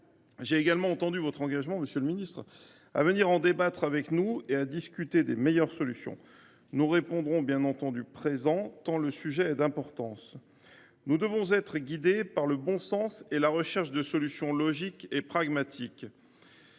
J’ai également entendu votre engagement, monsieur le ministre, à discuter des meilleures solutions avec notre assemblée. Nous répondrons bien entendu présents, tant le sujet est d’importance. Nous devons être guidés par le bon sens et la recherche de solutions logiques et pragmatiques.